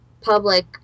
public